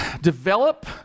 develop